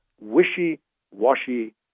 wishy-washy